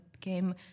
came